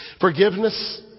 Forgiveness